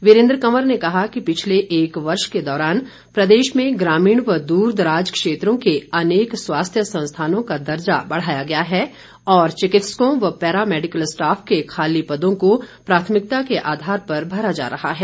वीरेंद्र कंवर ने कहा कि पिछले एक वर्ष के दौरान प्रदेश में ग्रामीण व दूरदराज क्षेत्रों के अनेक स्वास्थ्य संस्थानों का दर्जा बढ़ाया गया है और चिकित्सकों व पैरा मैडिकल स्टॉफ के खाली पदों को प्राथमिकता के आधार पर भरा जा रहा है